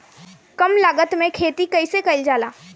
कम लागत में खेती कइसे कइल जाला?